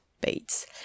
Bates